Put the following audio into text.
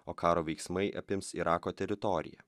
o karo veiksmai apims irako teritoriją